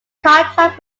contract